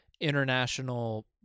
international